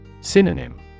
Synonym